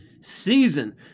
season